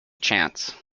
chance